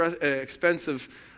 expensive